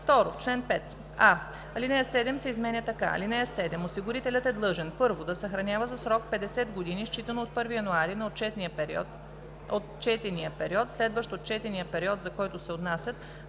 В чл. 5: а) алинея 7 се изменя така: „(7) Осигурителят е длъжен: 1. да съхранява за срок 50 години считано от 1 януари на отчетния период, следващ отчетния период, за който се отнасят,